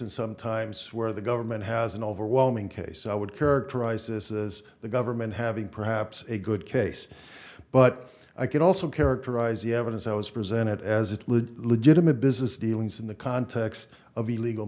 and sometimes where the government has an overwhelming case i would characterize this as the government having perhaps a good case but i can also characterize the evidence i was presented as it legitimate business dealings in the context of illegal